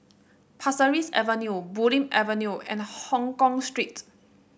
Pasir Ris Avenue Bulim Avenue and Hongkong Street